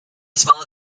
small